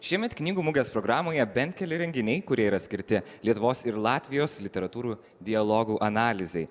šiemet knygų mugės programoje bent keli renginiai kurie yra skirti lietuvos ir latvijos literatūrų dialogų analizei